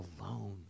alone